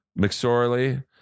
McSorley